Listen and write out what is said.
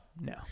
no